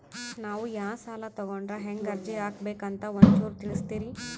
ನಾವು ಯಾ ಸಾಲ ತೊಗೊಂಡ್ರ ಹೆಂಗ ಅರ್ಜಿ ಹಾಕಬೇಕು ಅಂತ ಒಂಚೂರು ತಿಳಿಸ್ತೀರಿ?